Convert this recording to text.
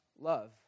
love